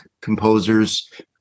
composers